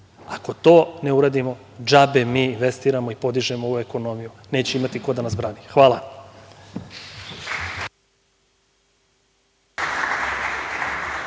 ako to ne uradimo džabe mi investiramo i podižemo ovu ekonomiju neće imati ko da nas brani. Hvala.